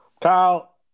Kyle